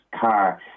car